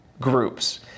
groups